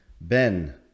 Ben